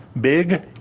Big